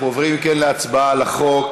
אנחנו עוברים, אם כן, להצבעה על החוק.